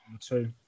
two